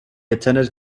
attended